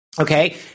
Okay